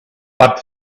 but